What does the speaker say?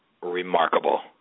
remarkable